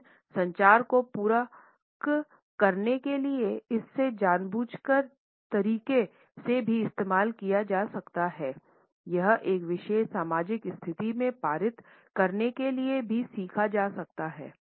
लेकिन संचार को पूरक करने के लिए इससे जानबूझकर तरीके से भी इस्तेमाल किया जा सकता है यह एक विशेष सामाजिक स्थिति में पारित करने के लिए भी सीखा जा सकता है